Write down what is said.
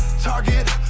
target